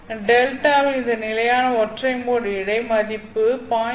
டெல்டாவின் இந்த நிலையான ஒற்றை மோட் இழை மதிப்பு 0